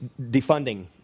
defunding